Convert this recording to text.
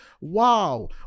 Wow